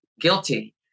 guilty